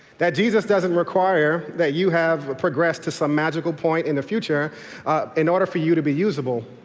that jesus doesn't require that you have progressed to some magical point in the future in order for you to be usable.